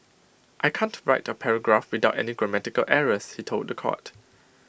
I can't write A paragraph without any grammatical errors he told The Court